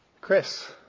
Chris